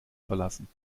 verlassen